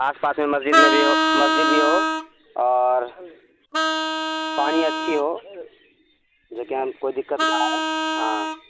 آس پاس میں مسجد میں بھی ہو مسجد بھی ہو اور پانی اچھی ہو جو کہ ہماں کوئی دقت نہ آ ہاں